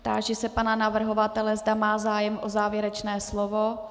Táži se pana navrhovatele, zda má zájem o závěrečné slovo.